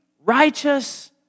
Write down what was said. righteous